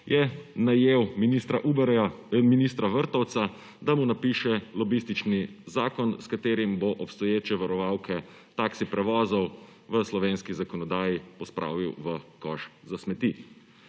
je najel ministra Vrtovca, da mu napiše lobistični zakon, s katerim bo obstoječe varovalke taksi prevozov v slovenski zakonodaji pospravil v koš za smeti.